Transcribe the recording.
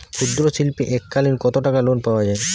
ক্ষুদ্রশিল্পের এককালিন কতটাকা লোন পাওয়া য়ায়?